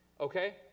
okay